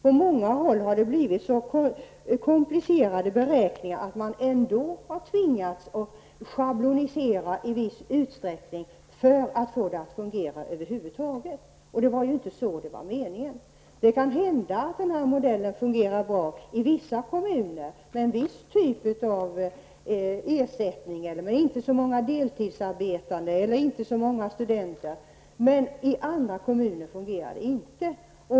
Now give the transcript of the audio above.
På många håll har det blivit så komplicerade beräkningar att man ändå i viss utsträckning har tvingats att schablonisera för att över huvud taget få det att fungera, och det var ju inte meningen. Det kan hända att denna modell fungerar bra i vissa kommuner för en viss typ av ersättning, där man inte har så många deltidsarbetande eller studenter, men i andra kommuner fungerar det inte.